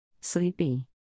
Sleepy